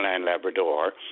Labrador